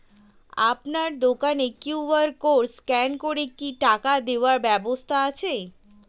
আপনার দোকানে QR code scan করে কি টাকা দেওয়ার ব্যবস্থা আছে?